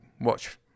watch